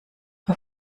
auf